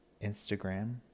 Instagram